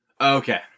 Okay